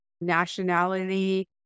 nationality